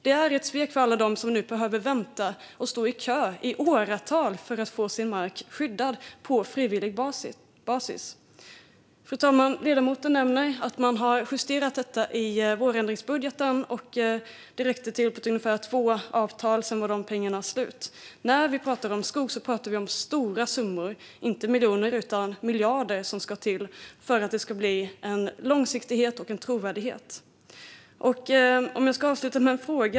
Det här är ett svek mot alla dem som behöver stå i kö i åratal för att få sin mark skyddad på frivillig basis. Fru talman! Ledamoten nämner att man har justerat detta i vårändringsbudgeten. Det räckte till ungefär två avtal, och sedan var pengarna slut. När vi pratar skog pratar vi om stora summor. Inte miljoner utan miljarder behövs för att uppnå långsiktighet och trovärdighet.